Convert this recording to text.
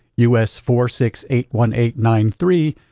us four six eight one eight nine three,